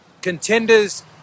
Contenders